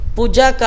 Puja